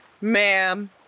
Ma'am